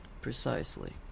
Precisely